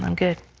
um good.